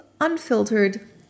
unfiltered